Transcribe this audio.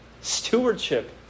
stewardship